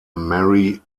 mary